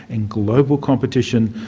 and global competition,